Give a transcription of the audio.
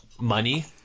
Money